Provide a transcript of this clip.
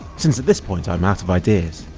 since at this point i'm out of ideas.